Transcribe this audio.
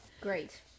Great